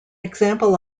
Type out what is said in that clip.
example